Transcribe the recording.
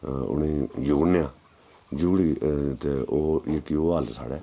उ'नेंगी जुगड़ने आं जुगड़ियै ते ओह् जेह्की ओह् हल्ल साढ़ै